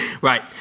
right